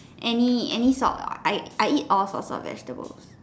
any any sort I I eat all sorts of vegetables